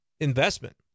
investment